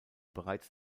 bereits